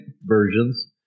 versions